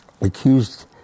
accused